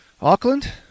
Auckland